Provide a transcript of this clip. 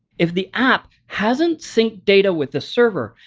if the app hasn't synced data with the server,